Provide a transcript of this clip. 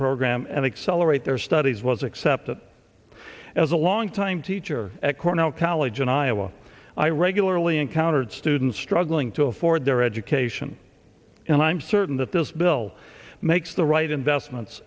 program and accelerate their studies was except that as a long time teacher at cornell college in iowa i regularly encountered students struggling to afford their education and i'm certain that this bill makes the right investments